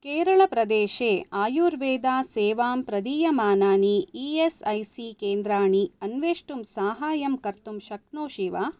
केरलप्रदेशे आयुर्वेदा सेवां प्रदीयमानानि ई एस् ऐ सी केन्द्राणि अन्वेष्टुं साहाय्यं कर्तुं शक्नोषि वा